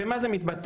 במה זה מתבטא?